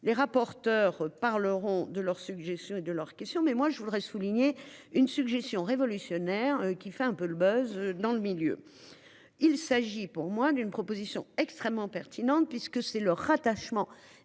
Les rapporteurs parleront de leurs suggestions de leurs questions, mais moi je voudrais souligner une suggestion révolutionnaire qui fait un peu le buz dans le milieu. Il s'agit pour moi d'une proposition extrêmement pertinentes puisque c'est le rattachement